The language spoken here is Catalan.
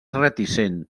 reticent